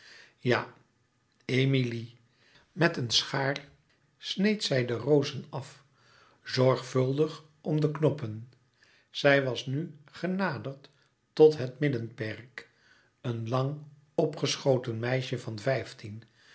ja emilie met een schaar sneed zij de rozen af zorgvuldig om de knoppen zij was nu genaderd tot het middenperk een lang opgeschoten meisje van vijftien